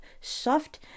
soft